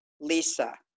Lisa